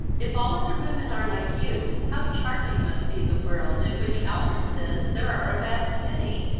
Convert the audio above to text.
if all other women are like you, how charming must be the world, in which albert says there are a vast many!